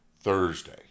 Thursday